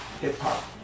hip-hop